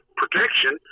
protection